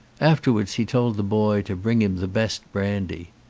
afterwards he told the boy to bring him the best brandy.